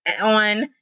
on